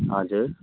हजुर